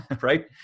right